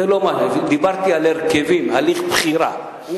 דיברתי על הרכבים, הליך בחירה.